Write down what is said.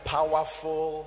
powerful